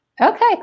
Okay